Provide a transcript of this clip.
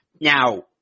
Now